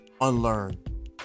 unlearn